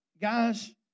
Guys